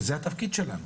וזה התפקיד שלנו.